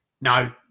No